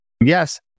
Yes